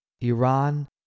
Iran